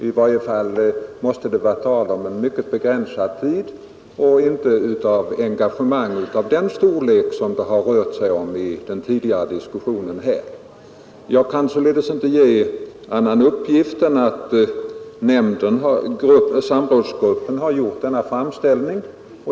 I varje fall måste det vara fråga om en mycket begränsad tid och inte om engagemang av den storlek som har angivits i den tidigare diskussionen. Jag kan således inte ge någon annan uppgift än att samrådsgruppen har gjort denna framställning.